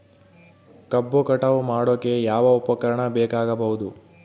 ಕಬ್ಬು ಕಟಾವು ಮಾಡೋಕೆ ಯಾವ ಉಪಕರಣ ಬೇಕಾಗಬಹುದು?